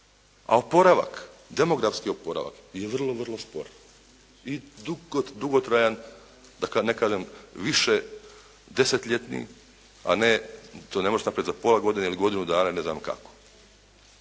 a oporavak, demografski oporavak je vrlo, vrlo spor i dugotrajan, da ne kažem više desetljetni, a ne, to ne možeš napraviti za pola godine ili godinu dana i ne znam kako.